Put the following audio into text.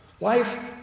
Life